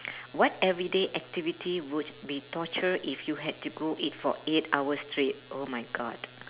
what everyday activity would be torture if you had to do it for eight hours straight oh my god